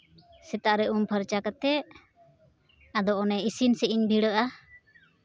ᱥᱮᱛᱟᱜ ᱨᱮ ᱩᱢ ᱯᱷᱟᱨᱪᱟ ᱠᱟᱛᱮᱫ ᱟᱫᱚ ᱚᱱᱮ ᱤᱥᱤᱱ ᱥᱮᱫ ᱤᱧ ᱵᱷᱤᱲᱟᱹᱜᱼᱟ